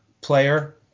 player